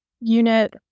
unit